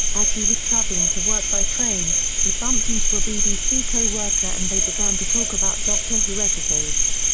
as he was travelling to work by train, he bumped into a bbc co-worker and they began to talk about doctor who episodes.